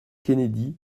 kennedy